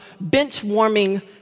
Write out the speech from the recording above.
bench-warming